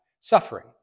suffering